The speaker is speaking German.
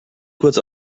kurz